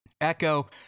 Echo